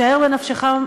שער בנפשך,